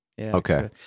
Okay